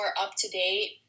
up-to-date